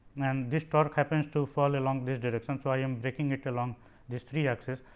and this torque happens to follow along this direction. so, i am braking it along this three axis,